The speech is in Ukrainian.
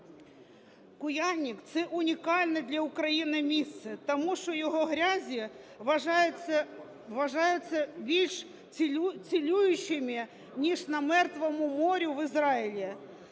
"Куяльник" – це унікальне для України місце, тому що його грязі вважаються більш цілющими, ніж на Мертвому морі в Ізраїлі.